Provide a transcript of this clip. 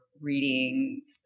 readings